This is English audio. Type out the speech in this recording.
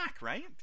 right